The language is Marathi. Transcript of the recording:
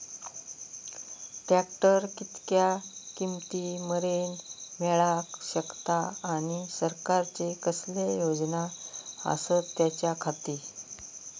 ट्रॅक्टर कितक्या किमती मरेन मेळाक शकता आनी सरकारचे कसले योजना आसत त्याच्याखाती?